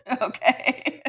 Okay